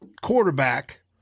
quarterback